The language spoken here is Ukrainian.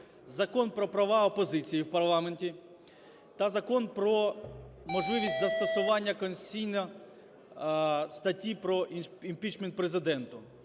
Закон про права опозиції в парламенті та Закон про можливість застосування конституційно статті про імпічмент Президенту.